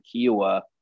Kiowa